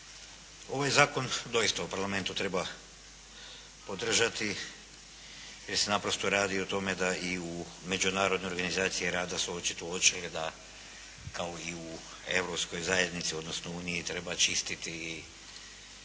Ovaj zakon doista u Parlamentu treba podržati jer se naprosto radi i o tome da u Međunarodnoj organizaciji rada su očito uočili da kao i u Europskoj zajednici, odnosno Uniji treba čistiti i